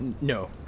No